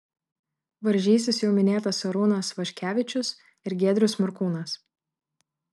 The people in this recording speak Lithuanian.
varžysis jau minėtas arūnas vaškevičius ir giedrius morkūnas